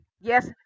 Yes